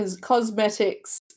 cosmetics